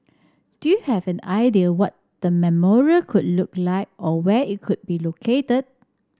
do you have an idea what the memorial could look like or where it could be located